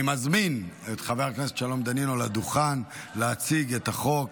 אני מזמין את חבר הכנסת שלום דנינו לדוכן להציג את החוק.